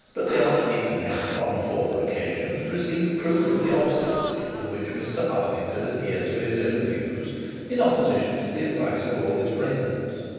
but the archdeacon had, on a former occasion, received proof of the obstinacy with which mr harding could adhere to his own views in opposition to the advice of all his friends.